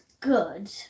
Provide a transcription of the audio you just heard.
good